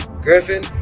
Griffin